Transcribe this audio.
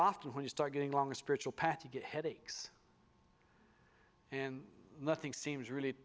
often when you start getting along a spiritual path to get headaches in nothing seems really